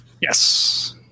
Yes